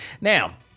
Now